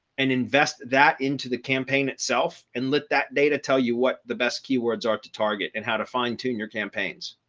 and invest that into the campaign itself and let that data tell you what the best keywords are to target and how to fine tune your campaigns.